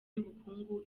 y’ubukungu